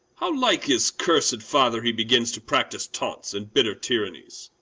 how like his cursed father he begins to practice taunts and bitter tyrannies!